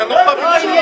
לא יהיו תקנות.